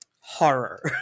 horror